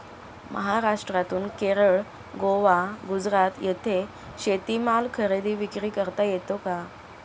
महाराष्ट्रातून केरळ, गोवा, गुजरात येथे शेतीमाल खरेदी विक्री करता येतो का?